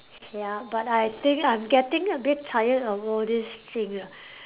ya but I think I'm getting a bit tired of all this thing ah